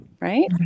right